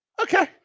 okay